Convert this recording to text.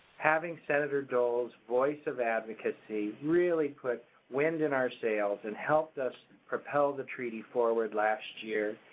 having senator dole's voice of advocacy really put wind in our sails and helped us propel the treaty forward last year.